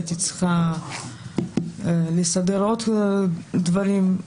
הייתי צריכה לסדר עוד דברים.